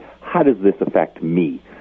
how-does-this-affect-me